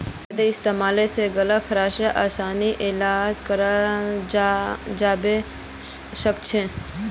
शहदेर इस्तेमाल स गल्लार खराशेर असान इलाज कराल जबा सखछे